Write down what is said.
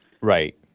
Right